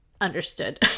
understood